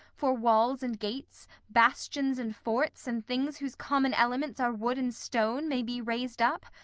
for walls and gates, bastions and forts, and things whose common elements are wood and stone may be raised up,